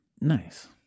Nice